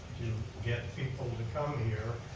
get people to come here,